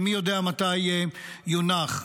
שמי יודע מתי יונח.